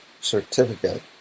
certificate